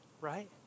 right